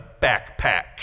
backpack